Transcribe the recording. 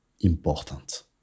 important